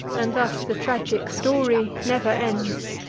and thus the tragic story never ends.